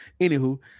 Anywho